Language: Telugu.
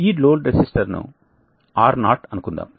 ఈ లోడ్ రెసిస్టర్ను R0 అనుకుందాం